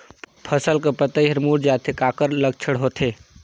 फसल कर पतइ हर मुड़ जाथे काकर लक्षण होथे?